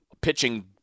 pitching